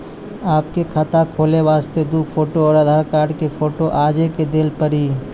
आपके खाते खोले वास्ते दु फोटो और आधार कार्ड के फोटो आजे के देल पड़ी?